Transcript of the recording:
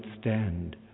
stand